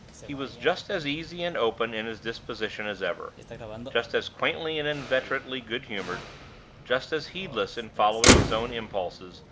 he was just as easy and open in his disposition as ever just as quaintly and inveterately good-humored just as heedless in following his own impulses,